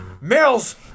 Mills